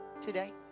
today